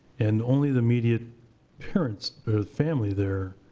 and only the immediate parents or family there.